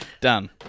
Done